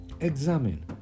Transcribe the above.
Examine